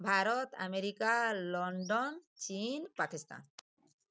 Bharat America London ଚୀନ ପାକିସ୍ତାନ